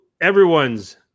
everyone's